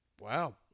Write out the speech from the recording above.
Wow